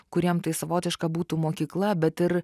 kuriem tai savotiška būtų mokykla bet ir